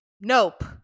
Nope